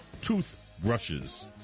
toothbrushes